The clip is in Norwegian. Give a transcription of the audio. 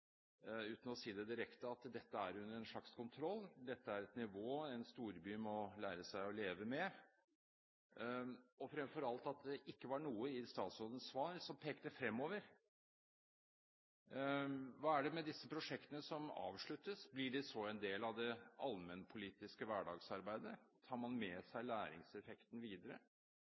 uten å si det direkte, at dette er under en slags kontroll, at dette er et nivå en storby må lære seg å leve med. Fremfor alt var det ikke noe i statsrådens svar som pekte fremover. Hva er det med disse prosjektene som avsluttes? Blir de så en del av det allmennpolitiske hverdagsarbeidet? Tar man med seg læringseffekten videre?